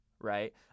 right